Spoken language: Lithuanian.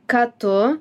ką tu